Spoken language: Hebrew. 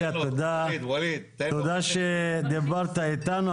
תודה שדיברת איתנו.